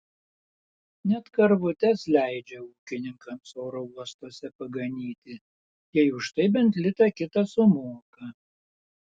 net karvutes leidžia ūkininkams oro uostuose paganyti jei už tai bent litą kitą sumoka